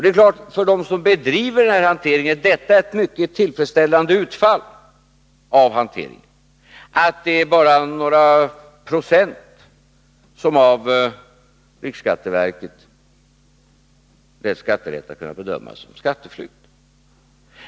Det är klart att för dem som bedriver den här hanteringen är det ett mycket tillfredsställande utfall att det är bara några procent som av riksskatteverket har kunnat bedömas som skatteflykt.